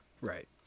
Right